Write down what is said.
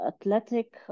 athletic